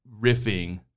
riffing